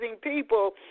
people